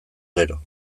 gero